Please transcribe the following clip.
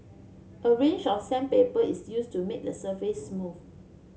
a range of sandpaper is used to make the surface smooth